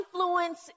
influence